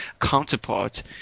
counterpart